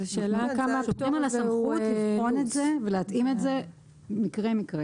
יש סמכות לבחון את זה ולהתאים את זה בכל מקרה.